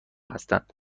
هستند